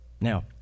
Now